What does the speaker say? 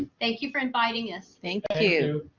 thank you for inviting us. thank you.